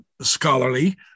scholarly